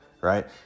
right